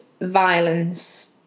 violence